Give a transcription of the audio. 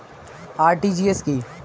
RTGS কি?